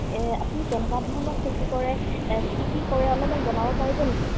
আপুনি কেনেকুৱা ধৰণৰ খেতি কৰে কি কি কৰে অলপমান জনাব পাৰিব নেকি